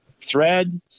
thread